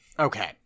Okay